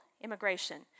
immigration